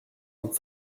vingt